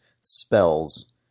spells